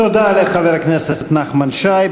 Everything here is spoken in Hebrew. תודה לחבר הכנסת נחמן שי.